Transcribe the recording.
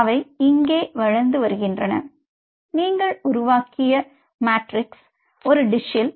அவை இங்கே வளர்ந்து வருகின்றன நீங்கள் உருவாக்கிய மாட்ரிஸ் ஒரு டிஷில்